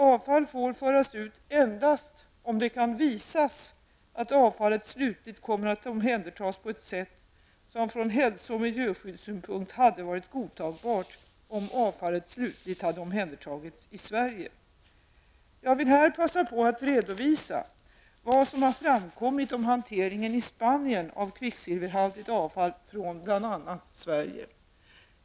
Avfall får föras ut endast om det kan visas att avfallet slutligt kommer att omhändertas på ett sätt, som från hälso och miljöskyddssynpunkt hade varit godtagbart om avfallet slutligt hade omhändertagits i Sverige. Jag vill här passa på att redovisa vad som har framkommit om hanteringen i Spanien av kvicksilverhaltigt avfall från bl.a. Sverige.